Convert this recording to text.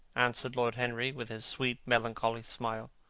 answered lord henry with his sweet melancholy smile.